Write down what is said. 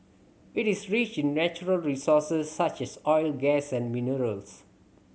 it is rich in natural resources such as oil gas and minerals